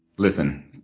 listen,